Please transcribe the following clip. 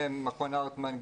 ממכון הרטמן,